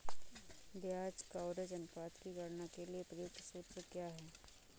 ब्याज कवरेज अनुपात की गणना के लिए प्रयुक्त सूत्र क्या है?